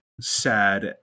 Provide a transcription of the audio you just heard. sad